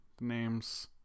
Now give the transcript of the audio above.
names